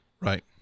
Right